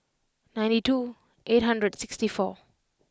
ninety two eight hundred sixty four